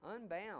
unbound